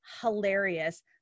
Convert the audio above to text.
hilarious